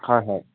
হয় হয়